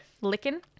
Licking